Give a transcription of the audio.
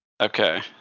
okay